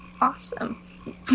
Awesome